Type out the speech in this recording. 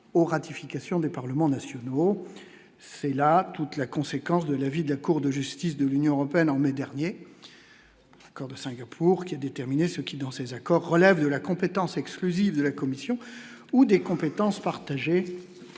au ratification des parlements nationaux. C'est là toute la conséquence de l'avis de la Cour de justice de l'Union européenne, en mai dernier, comme Singapour qui à déterminer ce qui, dans ses accords relève de la compétence exclusive de la Commission ou des compétences partagées